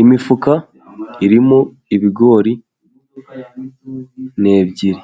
Imifuka irimo ibigori ni ebyiri,